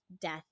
death